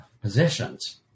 positions